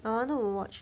I want to watch